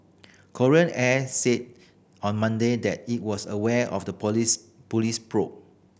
Korean Air said on Monday that it was aware of the police police probe